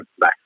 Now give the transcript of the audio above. Bye